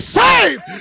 saved